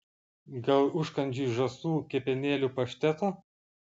gal užkandžiui žąsų kepenėlių pašteto